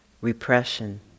repression